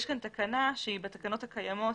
יש כאן תקנה שהיא בתקנות הקיימות,